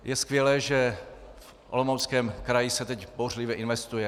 Je skvělé, že v Olomouckém kraji se teď bouřlivě investuje.